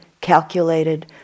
calculated